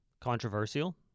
Controversial